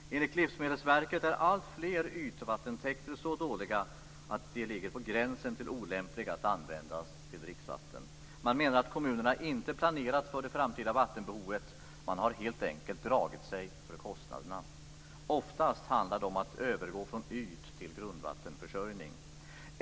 Enligt Livsmedelsverket är alltfler ytvattentäkter så dåliga att de ligger på gränsen till att vara olämpliga att användas till dricksvatten. Man menar att kommunerna inte planerat för det framtida vattenbehovet. Man har helt enkelt dragit sig för kostnaderna. Oftast handlar det om att övergå från yt till grundvattenförsörjning.